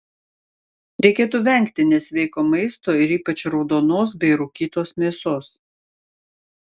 reikėtų vengti nesveiko maisto ir ypač raudonos bei rūkytos mėsos